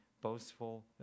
boastful